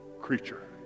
creature